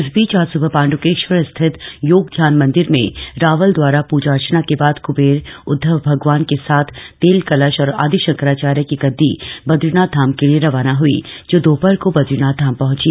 इस बीच आज सुबह पाण्ड्केश्वर स्थित योग ध्यान मंदिर में रावल द्वारा पूजा अर्चना के बाद क्बेर उद्धव भगवान के साथ तेल कलश और आदि शंकराचार्य की गद्दी बद्रीनाथ धाम के लिए रवाना हई जो दोपहर को बद्रीनाथ धाम पहंची